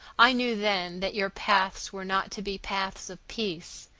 i knew then that your paths were not to be paths of peace,